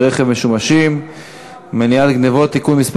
רכב משומשים (מניעת גנבות) (תיקון מס'